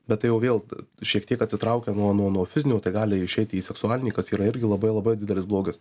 bet tai jau vėl šiek tiek atsitraukia nuo nuo nuo fizinio tai gali išeit į seksualinį kas yra irgi labai labai didelis blogas